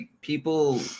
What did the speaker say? people